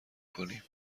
کنیم